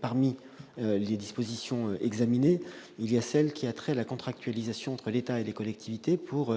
Parmi les dispositions examinées, il y a la contractualisation entre l'État et les collectivités pour